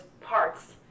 parts